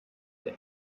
day